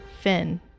Finn